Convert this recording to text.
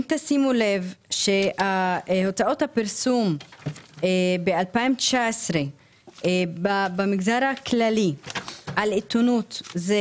אם תשימו לב שהוצאות הפרסום ב-2019 במגזר הכללי על עיתונות זה